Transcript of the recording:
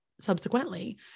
subsequently